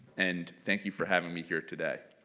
and thank you for having me here today.